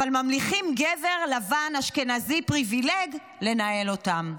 אבל ממליכים גבר לבן, אשכנזי, פריבילג, לנהל אותם.